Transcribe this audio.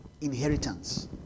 inheritance